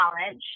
college